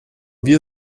wir